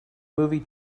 movie